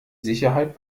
sicherheit